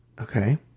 Okay